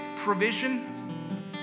provision